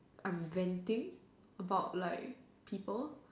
I'm venting about like people